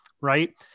Right